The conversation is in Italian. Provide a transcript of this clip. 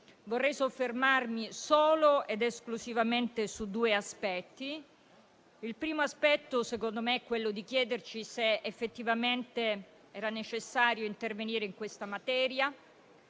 Vorrei soffermarmi solo ed esclusivamente su due aspetti. Il primo aspetto è volto a chiederci se effettivamente era necessario intervenire in questa materia.